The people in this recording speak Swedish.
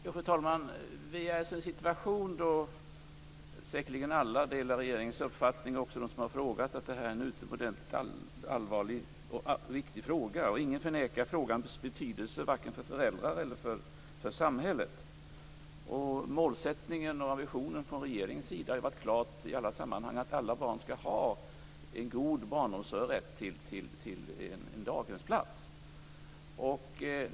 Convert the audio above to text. Fru talman! Vi är i en situation där säkerligen alla - också de som har frågat - delar regeringens uppfattning att det här är en utomordentligt allvarlig och viktig fråga. Ingen förnekar frågans betydelse för vare sig föräldrarna eller samhället. Målsättningen och visionen från regeringens sida har varit klar i alla sammanhang. Alla barn skall ha en god barnomsorg och rätt till en daghemsplats.